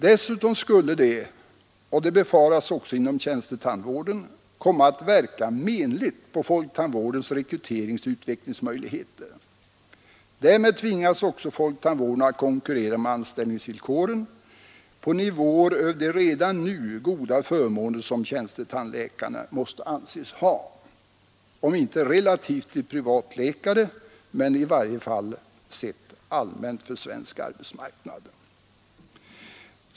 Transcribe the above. Dessutom skulle det — och det befaras också inom tjänstetandvården — komma att verka menligt på folktandvårdens rekryteringsoch utvecklingsmöjligheter. Därmed tvingas också folktandvården att konkurrera med anställningsvillkoren på nivåer över de redan nu goda förmåner som tjänstetandläkarna måste anses ha, om inte i relation till privatläkare så i varje fall sett allmänt på svensk arbetsmarknad.